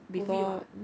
COVID [what]